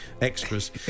extras